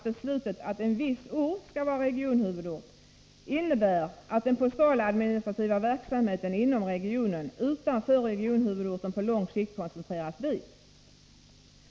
Beslutet att en viss ort skall vara regionhuvudort innebär inte heller att den postala administrativa verksamheten inom regionen utanför regionhuvudorten på lång sikt koncentreras dit.